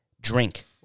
drink